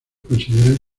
consideran